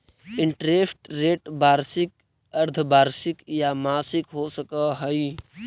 interest rate वार्षिक, अर्द्धवार्षिक या मासिक हो सकऽ हई